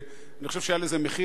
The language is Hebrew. ואני חושב שהיה לזה מחיר,